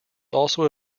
also